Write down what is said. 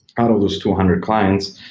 out of those two ah hundred clients,